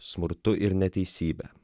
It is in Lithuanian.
smurtu ir neteisybe